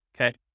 okay